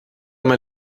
man